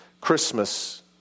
Christmas